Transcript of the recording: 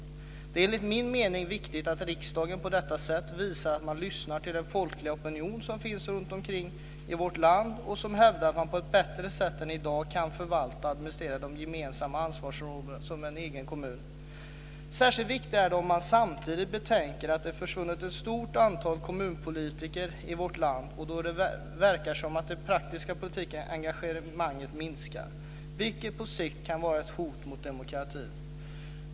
Enligt min mening är det viktigt att riksdagen på detta sätt visar att man lyssnar till den folkliga opinion som finns runtom i vårt land och som hävdar att det på ett bättre sätt än som i dag är fallet går att förvalta och administrera det gemensammas ansvarsområden som en egen kommun. Särskilt viktigt är detta om man samtidigt betänker att ett stort antal kommunpolitiker försvunnit i vårt land och att det verkar vara så att det praktiska politiska engagemanget minskar, vilket på sikt kan vara ett hot mot demokratin.